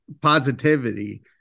positivity